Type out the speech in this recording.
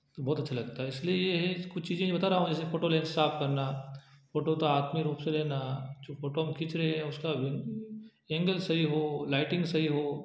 तो बहुत अच्छा लगता है इसलिए यह है कुछ चीज़ें बता रहा हूँ जैसे फोटो लेंस साफ़ करना फोटो तो आत्मीय रुप से लेना जो फोटो हम खींच रहें हैं उसका एंगल सही हो लाइटिंग सही हो